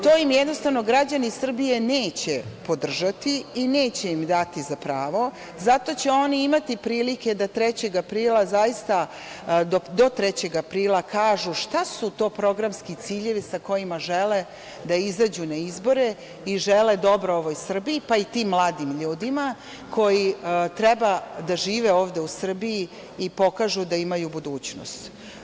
To im jednostavno građani Srbije neće podržati i neće im dati za pravo, zato će oni imati prilike da do 3. aprila zaista kažu šta su to programski ciljevi sa kojima žele da izađu na izbore i žele dobro ovoj Srbiji, pa i tim mladim ljudima koji treba da žive ovde u Srbiji i pokažu da imaju budućnost.